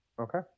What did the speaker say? Okay